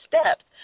steps